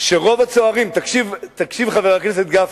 חבר הכנסת גפני,